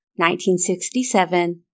1967